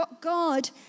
God